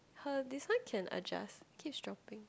uh this one can adjust keeps dropping